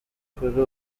kuri